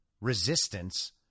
resistance